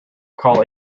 call